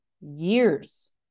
years